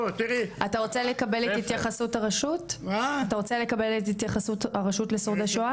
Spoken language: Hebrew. אתה רוצה לקבל את התייחסות הרשות לשורדי שואה?